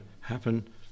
happen